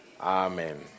amen